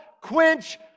quench